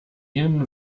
ihnen